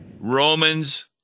Romans